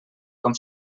com